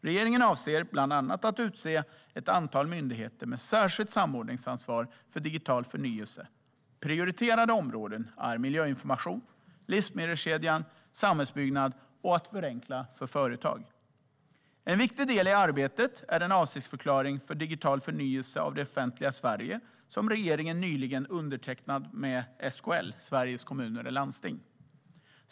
Regeringen avser bland annat att utse ett antal myndigheter med särskilt samordningsansvar för digital förnyelse. Prioriterade områden är miljöinformation, livsmedelskedjan, samhällsbyggnad och att förenkla för företag. En viktig del i arbetet är den avsiktsförklaring för digital förnyelse av det offentliga Sverige som regeringen nyligen undertecknat med SKL, Sveriges Kommuner och Landsting.